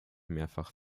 mehrfach